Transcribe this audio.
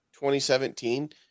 2017